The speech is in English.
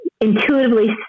intuitively